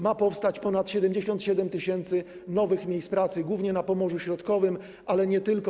Ma powstać również ponad 77 tys. nowych miejsc pracy, głównie na Pomorzu Środkowym, ale nie tylko.